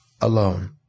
alone